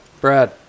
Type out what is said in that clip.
brad